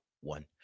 one